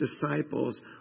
disciples